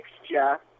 texture